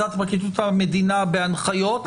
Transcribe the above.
מצד פרקליטות המדינה בהנחיות,